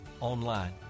online